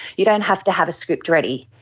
you don't have to have a script ready.